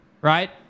right